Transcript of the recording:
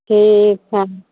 ठीक छनि